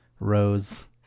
Rose